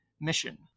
mission